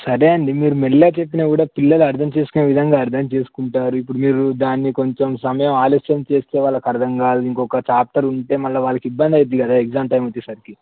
సరే అండి మీరు మెల్లిగా చెప్పినా కూడా పిల్లలు అర్దం చేసుకునే విధంగా అర్దం చేసుకుంటారు ఇప్పుడు మీరు దాన్ని కొంచెం సమయం ఆలస్యం చేస్తే వాళ్ళకి అర్దం కాదు ఇంకొక చాప్టర్ ఉంటే మళ్ళీ వాళ్ళకి ఇబ్బంది అవుతుంది కదా ఎక్సామ్ టైమ్ వచ్చేసరికి